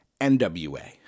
NWA